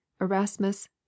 Erasmus